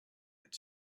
had